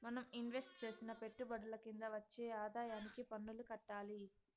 మనం ఇన్వెస్టు చేసిన పెట్టుబడుల కింద వచ్చే ఆదాయానికి పన్నులు కట్టాలి